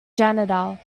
janitor